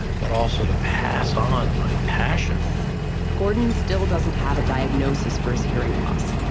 but also to pass on my passion gordon still doesn't have a diagnosis for his hearing loss,